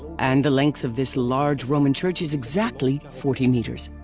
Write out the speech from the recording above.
and the length of this large roman church is exactly forty meters.